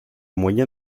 moyen